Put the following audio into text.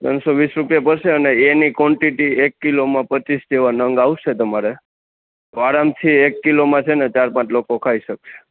ત્રણ સો વીસ રૂપિયા પડશે અને એની ક્વોન્ટિટી એક કિલોમાં પચીસ જેવા નંગ આવસે તમારે તો આરામથી એક કિલોમાં છે ને ચાર પાંચ લોકો ખાઈ શકશે